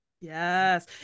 Yes